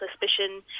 suspicion